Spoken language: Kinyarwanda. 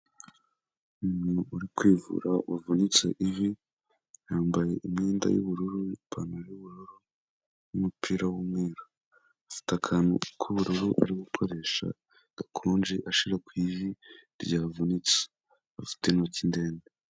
Umuntu uri kwivura wavunitse ivi, yambaye imyenda y'ubururu, ipantaro y'ubururu n'umupira w'umweru, afite akantu k'ubururu ari gukoresha gakonje ashyira ku ivi ryavunitse, afite intoki ndende.